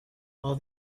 all